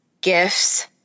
gifts